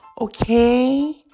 Okay